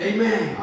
Amen